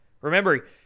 Remember